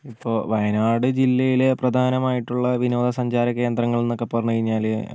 ഇപ്പോൾ വയനാട് ജില്ലയിലെ പ്രധാനമായിട്ടുള്ള വിനോദ സഞ്ചാര കേന്ദ്രങ്ങൾന്നൊക്കെ പറഞ്ഞ് കഴിഞ്ഞാൽ